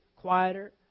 quieter